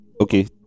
okay